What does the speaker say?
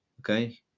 Okay